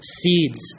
seeds